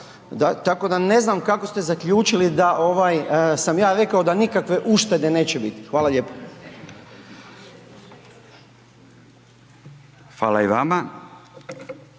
Tako da ne znam kako ste zaključili da ovaj sam ja rekao da nikakve uštede neće biti. Hvala lijepo. **Radin,